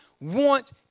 want